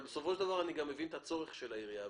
אני מבין את הצורך של העירייה.